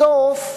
בסוף,